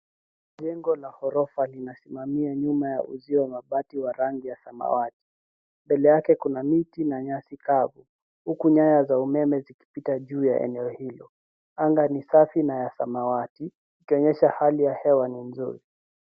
Jengo la ghorofa linasimamia nyuma ya uzio wa bati wa rangi ya samawati. Mbele yake kuna miti na nyasi kavu huku nyaya za umeme zikipita juu ya eneo hilo. Anga ni safi na ya samawati ikionyesha hali ya hewa ni nzuri.